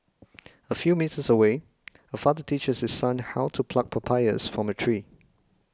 a few metres away a father teaches his son how to pluck papayas from a tree